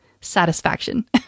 satisfaction